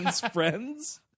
friends